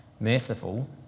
merciful